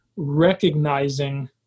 recognizing